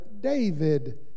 David